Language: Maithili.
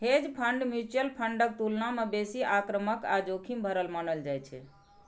हेज फंड म्यूचुअल फंडक तुलना मे बेसी आक्रामक आ जोखिम भरल मानल जाइ छै